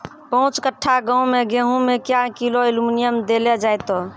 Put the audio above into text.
पाँच कट्ठा गांव मे गेहूँ मे क्या किलो एल्मुनियम देले जाय तो?